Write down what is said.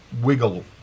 wiggle